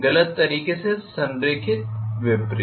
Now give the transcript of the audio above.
गलत तरीके से संरेखित विपरीत